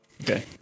Okay